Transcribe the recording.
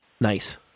Nice